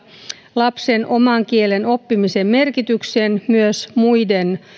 lapsen oman kielen oppimisen merkitykseen myös muiden